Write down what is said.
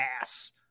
ass